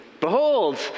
Behold